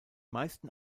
meisten